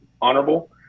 honorable